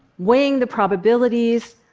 weighing the probabilities,